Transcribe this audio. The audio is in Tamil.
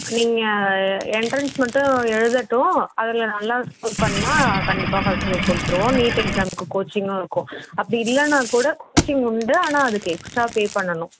நீங்கள் எண்ட்ரன்ஸ் மட்டும் எழுதட்டும் அதில் நல்லா ஸ்கோர் பண்ணால் கண்டிப்பாக ஃபஸ்ட் க்ரூப் கொடுத்துருவோம் நீட் எக்ஸாமுக்கு கோச்சிங்கும் இருக்கும் அப்படி இல்லைன்னா கூட கோச்சிங் உண்டு ஆனால் அதுக்கு எக்ஸ்ட்ரா பே பண்ணணும்